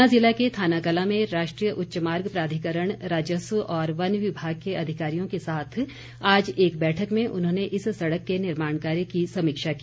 ऊना जिला के थानाकलां में राष्ट्रीय उच्च मार्ग प्राधिकरण राजस्व और वन विभाग के अधिकारियों के साथ आज एक बैठक में उन्होंने इस सड़क के निर्माण कार्य की समीक्षा की